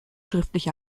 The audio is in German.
schriftlich